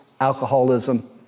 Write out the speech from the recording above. alcoholism